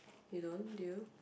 you don't do you